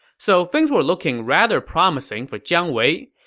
so things were looking rather promising for jiang wei,